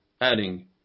adding